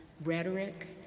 rhetoric